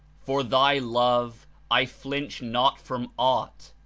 for thy love i flinch not from aught,